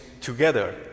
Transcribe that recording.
together